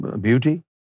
beauty